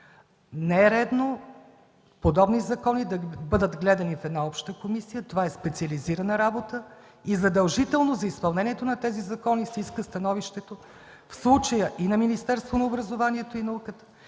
Не е редно подобни закони да бъдат гледани в една обща комисия. Това е специализирана работа и задължително за изпълнението на тези закони се иска становището, в случая, и на Министерството на образованието и науката,